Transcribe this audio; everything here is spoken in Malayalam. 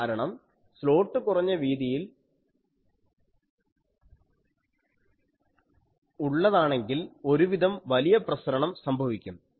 കാരണം സ്ലോട്ട് കുറഞ്ഞ വീതിയിൽ ഉള്ളതാണെങ്കിൽ ഒരു വിധം വലിയ പ്രസരണം സംഭവിക്കും